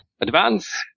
Advance